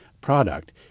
product